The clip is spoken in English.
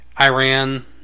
Iran